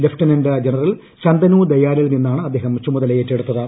lieutenant general Shantanu ദയാലിൽ നിന്നാണ് അദ്ദേഹം ചുമതലയേറ്റെടുത്തത്